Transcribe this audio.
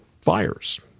Fires